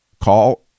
call